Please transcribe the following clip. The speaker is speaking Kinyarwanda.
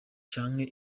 canke